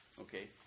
Okay